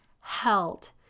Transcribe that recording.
held